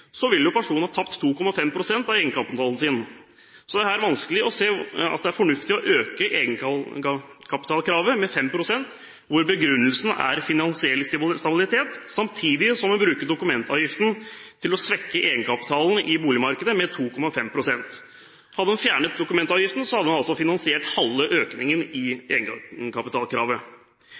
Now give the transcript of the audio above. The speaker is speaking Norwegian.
vil personen ha tapt 2,5 pst. av egenkapitalen sin. Så det er vanskelig å se at det er fornuftig å øke egenkapitalkravet med 5 pst. når begrunnelsen er finansiell stabilitet, samtidig som en bruker dokumentavgiften til å svekke egenkapitalen i boligmarkedet med 2,5 pst. Hadde en fjernet dokumentavgiften, hadde en altså finansiert halve økningen i egenkapitalkravet.